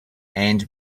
and